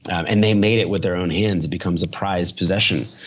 and and they made it with their own hands. it becomes a prized possession.